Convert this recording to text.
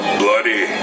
bloody